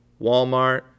Walmart